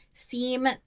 seem